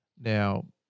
Now